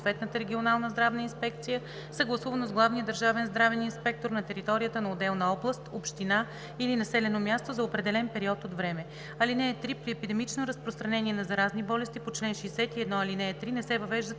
съгласувано с главния държавен здравен инспектор за територията на отделна област, община или населено място за определен период от време. (3) При епидемично разпространение на заразни болести по чл. 61, ал. 3 не се въвеждат